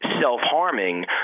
self-harming